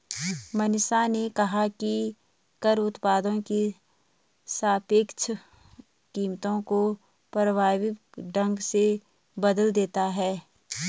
मनीषा ने कहा कि कर उत्पादों की सापेक्ष कीमतों को प्रभावी ढंग से बदल देता है